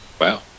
Wow